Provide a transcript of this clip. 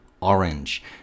orange